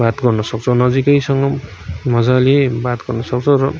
बात गर्नसक्छौँ नजिकैसँग मजाले बात गर्नसक्छौँ र